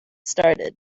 started